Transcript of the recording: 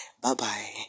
Bye-bye